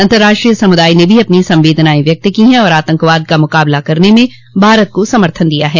अंतर्राष्ट्रीय समुदाय ने भी अपनी संवेदना व्यक्त की है और आतंकवाद का मुकाबला करने में भारत को समर्थन दिया है